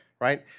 right